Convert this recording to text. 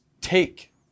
take